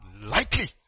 lightly